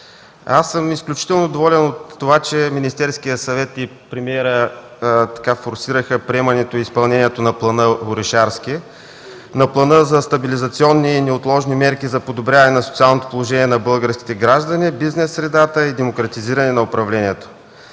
Аз съм изключително доволен от това, че Министерският съвет и премиерът форсираха приемането и изпълнението на плана „Орешарски”, плана за стабилизационни и неотложни мерки за подобряване на социалното положение на българските граждани, на бизнес средата и демократизиране на управлението.